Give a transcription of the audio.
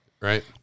Right